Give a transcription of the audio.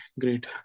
great